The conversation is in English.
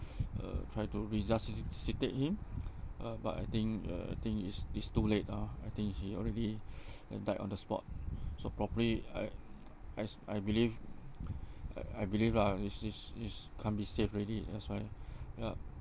uh try to resuscitate him uh but I think uh I think is is too late ah I think he already uh died on the spot so probably I as I believe I I believe lah is is is can't be saved already that's why yup